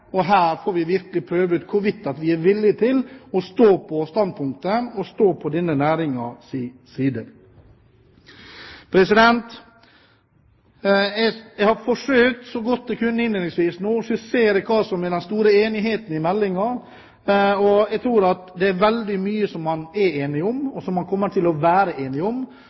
og her får vi virkelig prøvd ut hvorvidt vi er villig til å stå på standpunktet, stå på denne næringens side. Jeg har forsøkt så godt jeg kunne nå innledningsvis å skissere hva som er den store enigheten i meldingen. Jeg tror at det er veldig mye man er enig om, og som man kommer til å være enig om,